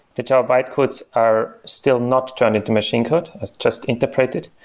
the java bytecodes are still not turned into machine code. it's just interpreted.